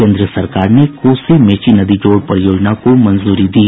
केन्द्र सरकार ने कोसी मेची नदी जोड़ परियोजना को मंजूरी दी